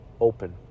open